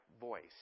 voice